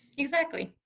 exactly.